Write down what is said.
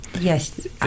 Yes